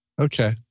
okay